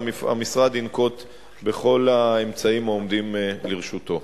והמשרד ינקוט את כל האמצעים העומדים לרשותו.